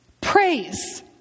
praise